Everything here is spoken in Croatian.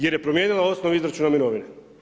Jer je promijenila osnovu izračuna mirovine.